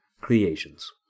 creations